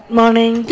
morning